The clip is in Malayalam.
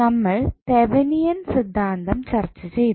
നമ്മൾ തെവനിയൻ സിദ്ധാന്തം ചർച്ച ചെയ്തു